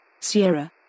Sierra